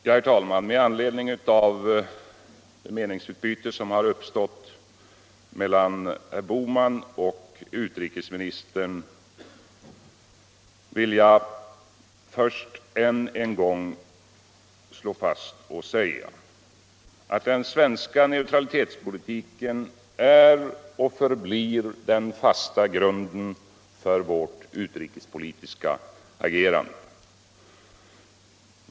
Vad sedan gäller meningsutbytet mellan herr Bohman och utrikesministern vill jag än en gång slå fast, att den svenska neutralitetspolitiken är och förblir den fasta grunden för vårt utrikespolitiska agerande.